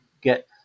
get